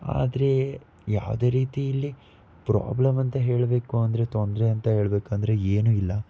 ಆದರೆ ಯಾವುದೇ ರೀತಿಯಲ್ಲಿ ಪ್ರಾಬ್ಲಮ್ ಅಂತ ಹೇಳಬೇಕು ಅಂದರೆ ತೊಂದರೆ ಅಂತ ಹೇಳಬೇಕಂದ್ರೆ ಏನೂ ಇಲ್ಲ